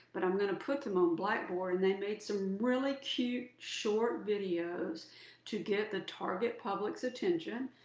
but i'm going to put them on blackboard, and they made some really cute short videos to get the target public's attention,